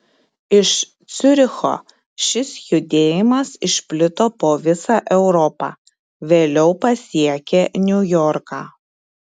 iš ciuricho šis judėjimas išplito po visą europą vėliau pasiekė niujorką